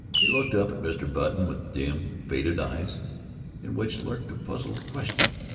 he looked up at mr. button with dim, faded eyes in which lurked a puzzled question.